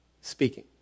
speaking